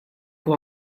huwa